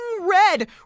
red